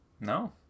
No